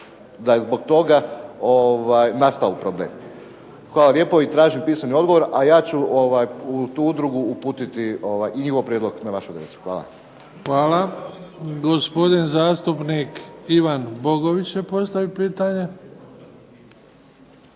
da je zbog toga nastao problem. Hvala lijepo, tražim pisani odgovor, a ja ću u tu Udrugu uputiti i njihov prijedlog na vašu adresu. Hvala. **Bebić, Luka (HDZ)** Hvala. Gospodin zastupnik Ivan Bogović će postaviti pitanje.